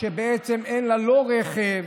ובעצם אין לה רכב,